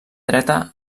dreta